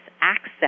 access